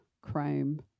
crime